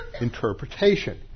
interpretation